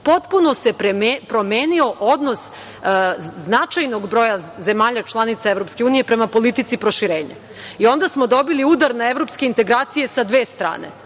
potpuno se promenio odnos značajnog broja zemalja članica EU prema politici proširenja, onda smo dobili udar na evropske integracije sa dve strane. Dakle,